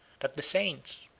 that the saints,